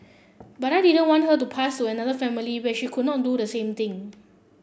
but I didn't want her to passed to another family where she could not do the same thing